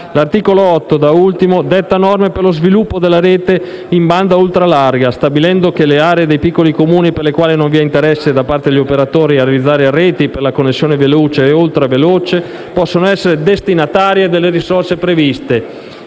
L'articolo 8 detta norme per lo sviluppo della rete in banda ultralarga, stabilendo che le aree dei piccoli Comuni per le quali non vi è interesse da parte degli operatori a realizzare reti per la connessione veloce e ultraveloce possano essere destinatarie delle risorse previste,